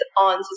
on